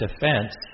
defense